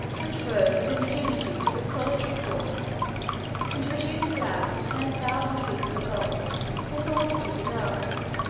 which roved with impunity through the solitary courts and a reduced allowance of ten thousand pieces of gold was all that he could ask,